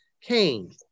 Cain